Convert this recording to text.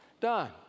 done